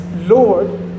Lord